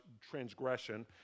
transgression